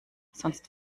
sonst